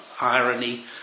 irony